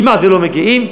כמעט לא מגיעים.